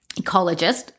Ecologist